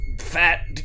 Fat